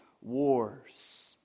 wars